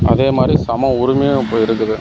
அதே மாதிரி சம உரிமையும் இப்போ இருக்குது